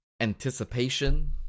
Anticipation